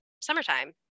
summertime